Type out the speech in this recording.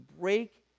break